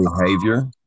behavior